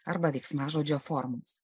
arba veiksmažodžio formos